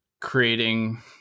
creating